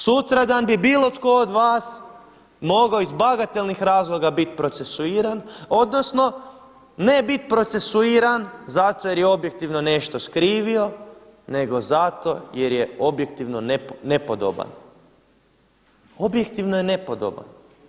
Sutradan bi bilo tko od vas mogao iz bagatelnih razloga biti procesuiran, odnosno ne bit procesuiran zato jer je objektivno nešto skrivio nego zato jer je objektivno nepodoban, objektivno je nepodoban.